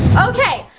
okay,